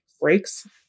breaks